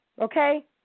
Okay